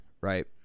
right